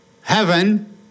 heaven